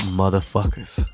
motherfuckers